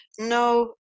no